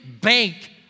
bank